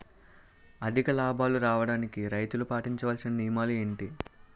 అధిక లాభాలు రావడానికి రైతులు పాటించవలిసిన నియమాలు ఏంటి